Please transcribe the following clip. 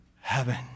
heaven